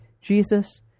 Jesus